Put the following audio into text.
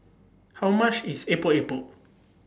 How much IS Epok Epok